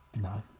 no